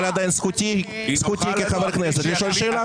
אבל עדיין זכותי כחבר כנסת לשאול שאלה.